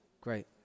Great